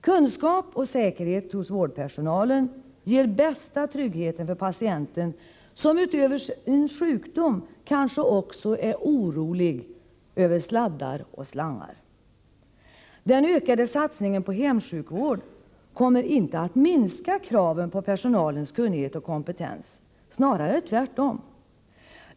Kunskap och säkerhet hos vårdpersonalen ger den bästa tryggheten för patienten, som utöver sin sjukdom kanske också är orolig över sladdar och slangar. Den ökade satsningen på hemsjukvård kommer inte att minska kraven på personalens kunnighet och kompetens, snarare tvärtom.